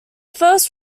first